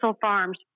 Farms